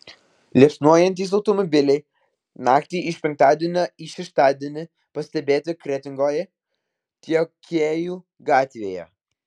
liepsnojantys automobiliai naktį iš penktadienio į šeštadienį pastebėti kretingoje tiekėjų gatvėje